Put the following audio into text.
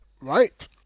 right